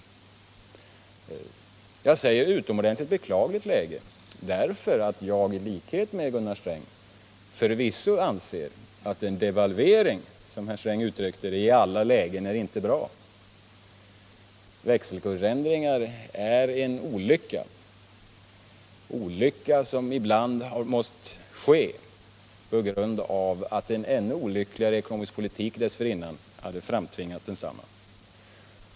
Jag säger ett utomordentligt beklagligt läge, eftersom jag i likhet med Gunnar Sträng förvisso anser att en devalvering, som Gunnar Sträng uttryckte det, inte är bra i alla lägen. Växelkursändringar är en olycka, en olycka som ibland måst ske på grund av en ännu olyckligare ekonomisk politik dessförinnan, som framtvingat densamma.